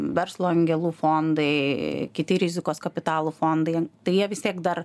verslo angelų fondai kiti rizikos kapitalų fondai tai jie vis tiek dar